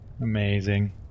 Amazing